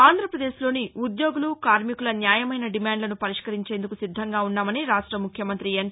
ఆంధ్రప్రదేశ్లోని ఉద్యోగులు కార్మికుల న్యాయమైన డిమాండ్లను పరిష్కరించేందుకు సిద్దంగా ఉన్నామని రాష్ట ముఖ్యమంతి ఎన్